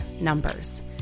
numbers